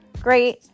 great